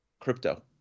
crypto